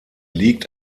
liegt